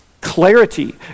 clarity